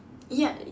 ya